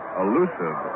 elusive